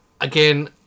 Again